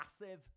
massive